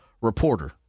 reporter